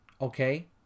okay